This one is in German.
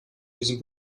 diesem